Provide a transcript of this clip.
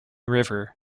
river